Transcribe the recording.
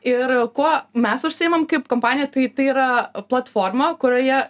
ir kuo mes užsiimam kaip kompanija tai tai yra platforma kurioje